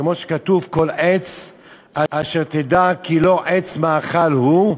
כמו שכתוב: "כל עץ אשר תדע כי לא עץ מאכל הוא,